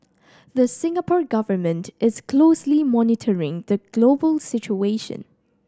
the Singapore Government is closely monitoring the global situation